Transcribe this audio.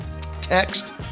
text